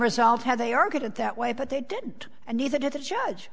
result had they are good at that way but they didn't and neither did the judge